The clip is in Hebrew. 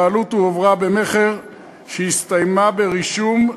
הבעלות הועברה במכר שהסתיים ברישום,